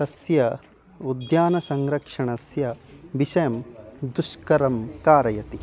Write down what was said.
तस्य उद्यानं संरक्षणस्य विषयं दुष्करं कारयति